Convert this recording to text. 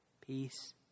peace